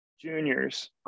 juniors